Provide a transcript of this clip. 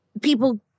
people